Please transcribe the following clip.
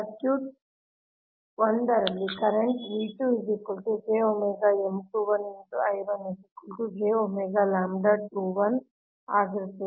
circuit 1 ಲ್ಲಿ current ಆಗಿರುತ್ತದೆ